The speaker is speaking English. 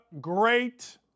great